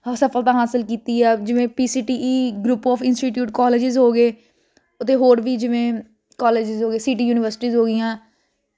ਸਫਲਤਾ ਹਾਸਲ ਕੀਤੀ ਆ ਜਿਵੇਂ P C T E group of institute colleges ਹੋ ਗਏ ਅਤੇ ਹੋਰ ਵੀ ਜਿਵੇਂ ਕਾਲਜਸ ਹੋ ਗਏ ਸੀਟੀ ਯੂਨੀਵਰਸਿਟੀ ਹੋ ਗਈਆਂ